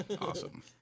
awesome